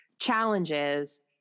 challenges